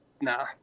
nah